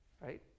right